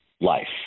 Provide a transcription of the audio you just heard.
life